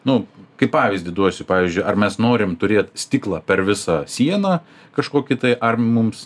nu kaip pavyzdį duosiu pavyzdžiui ar mes norim turėt stiklą per visą sieną kažkokį tai ar mums